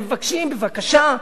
מבקשים: בבקשה,